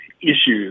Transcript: issues